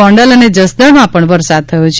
ગોંડલ અને જસદણમાં પણ વરસાદ થયો છે